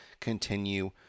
continue